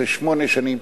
אחרי שמונה שנים,